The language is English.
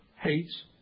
hates